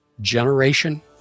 Generation